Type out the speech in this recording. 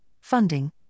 funding